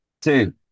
Two